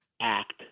act